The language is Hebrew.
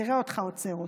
נראה אותך עוצר אותי.